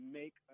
make